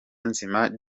nizeyimana